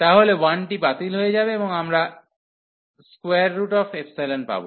তাহলে 1 বাতিল হয়ে যাবে এবং আমরা পাব